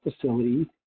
facility